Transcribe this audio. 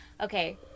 okay